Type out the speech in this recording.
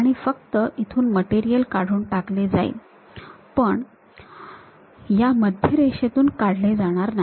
आणि फक्त इथून मटेरियल काढून टाकले जाईल पण या मध्य रेषेतून काढले जाणार नाही